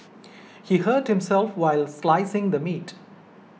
he hurt himself while slicing the meat